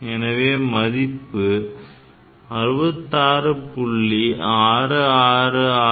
எனவே மதிப்பு 66